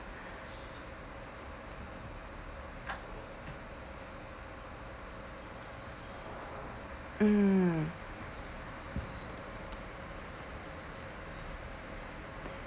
mm